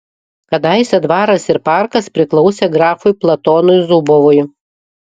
kadaise dvaras ir parkas priklausė grafui platonui zubovui